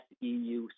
EU